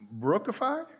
brookify